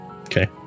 Okay